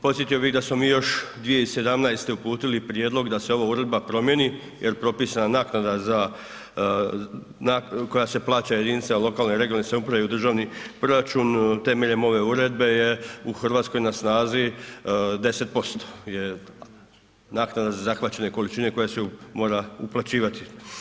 Podsjetio bi da smo mi još 2017. uputili prijedlog da se ova uredba promijeni jer propisana naknada za, koja se plaća jedinicama lokalne i regionalne samouprave u državni proračun temeljem ove uredbe je u RH na snazi 10% jer naknada za zahvaćene količine koja se mora uplaćivati.